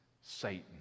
satan